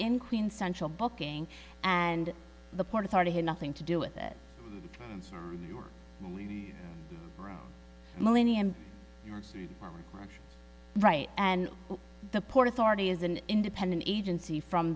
in queens central booking and the port authority had nothing to do with it millennium right and the port authority is an independent agency from